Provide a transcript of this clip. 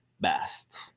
best